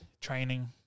training